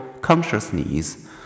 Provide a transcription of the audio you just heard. consciousness